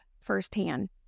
firsthand